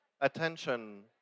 attention